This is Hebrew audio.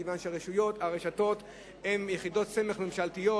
מכיוון שהרשתות הן יחידות סמך ממשלתיות,